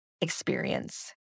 experience